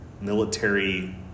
military